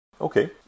Okay